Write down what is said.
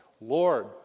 Lord